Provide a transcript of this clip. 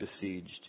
besieged